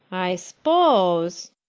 i s'pose,